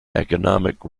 economic